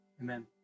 Amen